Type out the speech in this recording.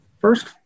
first